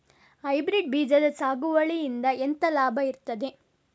Hybrid ಬೀಜದ ಸಾಗುವಳಿಯಿಂದ ಎಂತ ಲಾಭ ಇರ್ತದೆ?